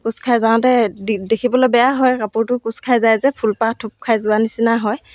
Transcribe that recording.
কুঁচ খাই যাওঁতে দি দেখিবলৈ বেয়া হয় কাপোৰটো কুঁচ খাই যায় যে ফুলপাহ থুপ খাই যোৱাৰ নিচিনা হয়